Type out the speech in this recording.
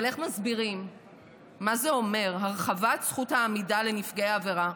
אבל איך מסבירים מה זה אומר הרחבת זכות העמידה לנפגעי העבירה?